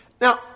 Now